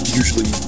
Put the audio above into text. usually